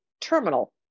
terminal